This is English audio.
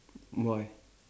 why